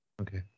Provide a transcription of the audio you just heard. okay